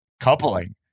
coupling